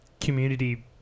Community